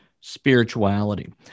spirituality